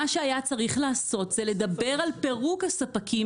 מה שהיה צריך לעשות זה לדבר על פירוק הספקים